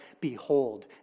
behold